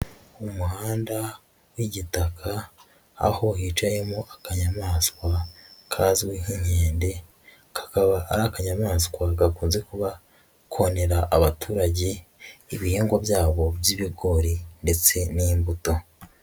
Umuhanda w'igitaka, aho hicayemo akanyamaswa kazwi nk'inkende, kakaba ari akanyamaswa gakunze kuba konera abaturage ibihingwa byabo by'ibigori ndetse n'imbuto.